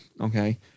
Okay